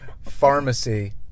Pharmacy